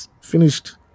finished